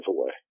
away